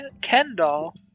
Kendall